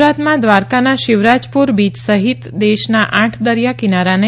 ગુજરાતમાં ધ્વારકાના શિવરાજપુર બીય સહિત દેશના આઠ દરિયા કિનારાને